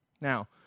Now